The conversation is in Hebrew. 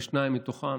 שניים מתוכם,